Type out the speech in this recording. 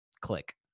click